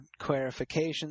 clarifications